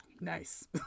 nice